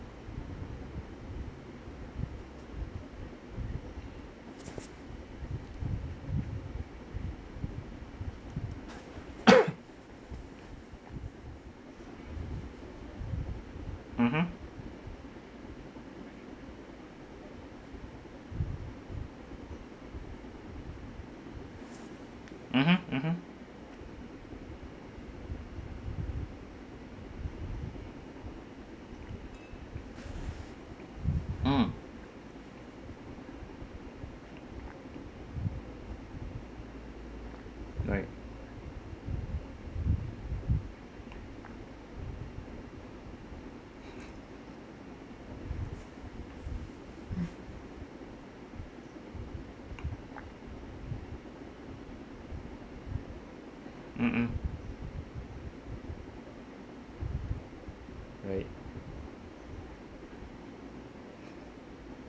mmhmm mmhmm mmhmm mm right mmhmm right